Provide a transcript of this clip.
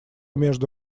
между